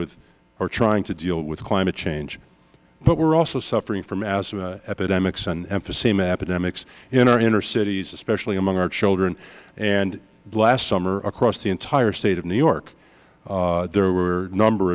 with or trying to deal with climate change but we're also suffering from asthma epidemics and emphysema epidemics in our inner cities especially among our children and last summer across the entire state of new york there were a number